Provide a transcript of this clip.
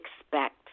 expect